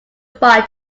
buy